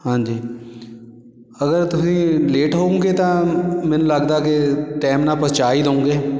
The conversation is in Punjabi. ਹਾਂਜੀ ਅਗਰ ਤੁਸੀਂ ਲੇਟ ਹੋਊਂਗੇ ਤਾਂ ਮੈਨੂੰ ਲੱਗਦਾ ਕਿ ਟਾਈਮ ਨਾਲ ਪਹੁੰਚਾ ਹੀ ਦੋਂਗੇ